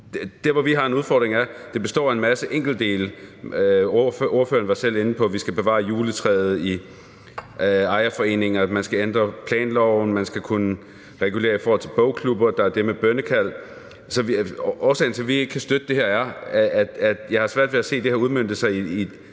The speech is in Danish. så har vi en udfordring, fordi det består af en masse enkeltdele. Ordføreren var selv inde på, at vi skal bevare juletræet i ejerforeninger, at man skal ændre planloven, at man skal kunne regulere i forhold til bogklubber, og så er der det med bønnekald. Årsagen til, at vi ikke kan støtte det her, er, at jeg har svært ved at se det her udmønte sig i et